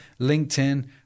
LinkedIn